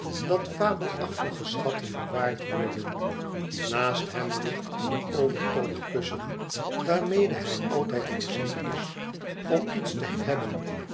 dat fabelachtige schatten bewaard worden naast hem ligt een overtollig kussen waarmede hij altijd voorzien is om iets te hebben